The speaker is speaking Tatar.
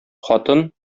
хатын